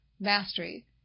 mastery